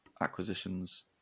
acquisitions